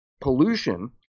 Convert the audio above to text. pollution